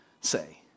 say